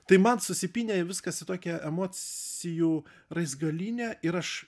tai man susipynė į viskas į tokią emocijų raizgalynę ir aš